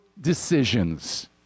decisions